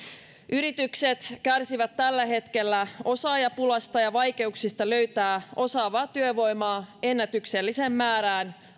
yritykset kärsivät tällä hetkellä osaajapulasta ja vaikeuksista löytää osaavaa työvoimaa ennätykselliseen määrään